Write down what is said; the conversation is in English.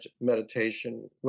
meditation